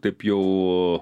taip jau